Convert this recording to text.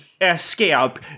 escape